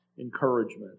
encouragement